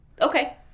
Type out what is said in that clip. Okay